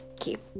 keep